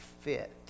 fit